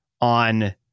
on